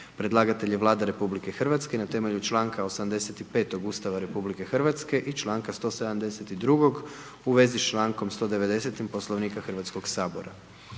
Predlagatelj je Vlada Republike Hrvatske na temelju čl. 85. Ustava RH i čl. 172. u vezi sa čl. 190. Poslovnika Hrvatskog sabora.